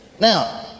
Now